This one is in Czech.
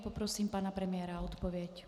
Poprosím pana premiéra o odpověď.